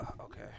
Okay